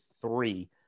three